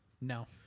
No